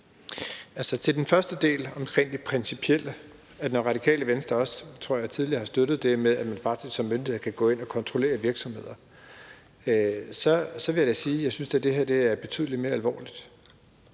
Til den første del omkring det principielle: Når Det Radikale Venstre også tidligere har støttet det, at man faktisk som myndighed kan gå ind og kontrollere virksomheder, vil jeg da sige, at jeg da synes, det her er betydelig mere alvorligt.